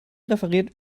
referiert